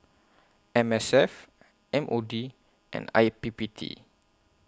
M S F M O D and I P P T